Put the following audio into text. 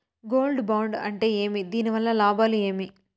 Gold bond అంటే ఏమి? దీని వల్ల లాభాలు ఏమి?